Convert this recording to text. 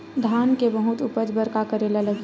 धान के बहुत उपज बर का करेला लगही?